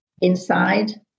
inside